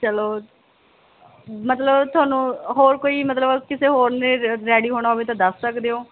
ਚਲੋ ਮਤਲਬ ਤੁਹਾਨੂੰ ਹੋਰ ਕੋਈ ਮਤਲਬ ਕਿਸੇ ਹੋਰ ਨੇ ਰ ਰੈਡੀ ਹੋਣਾ ਹੋਵੇ ਤਾਂ ਦੱਸ ਸਕਦੇ ਹੋ